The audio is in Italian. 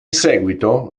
seguito